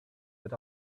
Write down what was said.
but